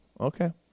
Okay